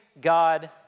God